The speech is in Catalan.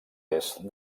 est